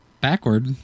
Backward